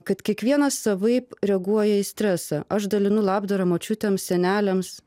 kad kiekvienas savaip reaguoja į stresą aš dalinu labdarą močiutėm seneliams